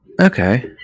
Okay